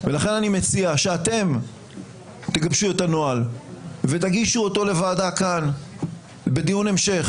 ולכן אני מציע שאתם תגבשו את הנוהל ותגישו אותו לוועדה כאן בדיון המשך.